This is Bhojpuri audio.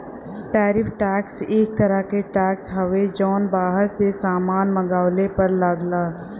टैरिफ टैक्स एक तरह क टैक्स हउवे जौन बाहर से सामान मंगवले पर लगला